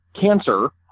cancer